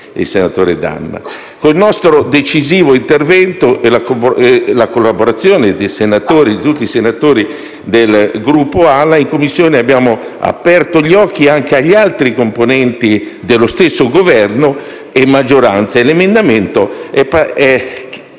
Con il nostro decisivo intervento e la collaborazione di tutti i senatori del Gruppo ALA, in Commissione abbiamo aperto gli occhi anche agli altri componenti dello stesso Governo e della maggioranza, e l'emendamento, che era stato